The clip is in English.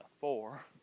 four